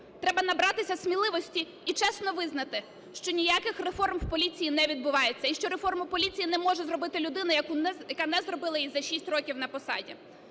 Треба набратися сміливості і чесно визнати, що ніяких реформ в поліції не відбувається. І що реформу поліції не може зробити людина, яка не зробила її за 6 років на посаді.